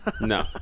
No